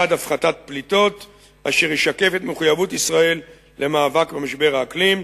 יעד הפחתת פליטות אשר ישקף את מחויבות ישראל למאבק במשבר האקלים.